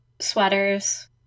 sweaters